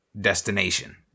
destination